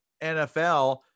nfl